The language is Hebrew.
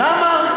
למה?